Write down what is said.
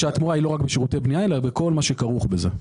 התמורה היא לא רק בשירותי בנייה אלא בכל מה שכרוך בזה.